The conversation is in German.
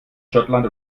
schottland